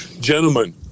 gentlemen